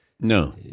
No